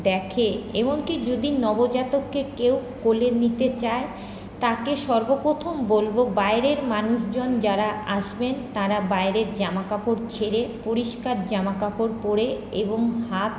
দেখে এমনকি যদি নবজাতককে কেউ কোলে নিতে চায় তাকে সর্বপ্রথম বলব বাইরের মানুষজন যারা আসবেন তারা বাইরের জামাকাপড় ছেড়ে পরিষ্কার জামাকাপড় পরে এবং হাত